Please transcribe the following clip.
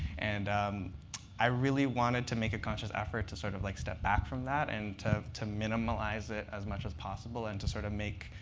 and i really wanted to make a conscious effort to sort of like step back from that and to to minimalize it as much as possible and to sort of make